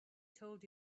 told